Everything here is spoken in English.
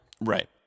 Right